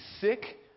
sick